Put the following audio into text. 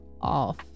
off